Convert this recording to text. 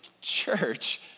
church